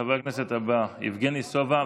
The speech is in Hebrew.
חבר הכנסת הבא, יבגני סובה,